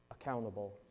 accountable